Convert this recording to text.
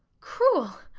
cruel.